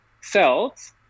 cells